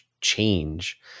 change